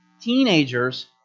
teenagers